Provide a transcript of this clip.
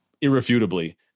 irrefutably